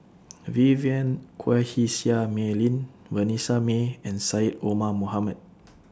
Vivien Quahe Seah Mei Lin Vanessa Mae and Syed Omar Mohamed